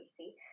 easy